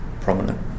prominent